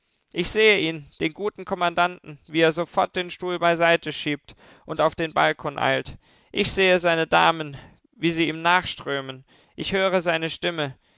ich sehe ihn den guten kommandanten wie er sofort den stuhl beiseite schiebt und auf den balkon eilt ich sehe seine damen wie sie ihm nachströmen ich höre seine stimme